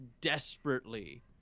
desperately